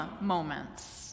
moments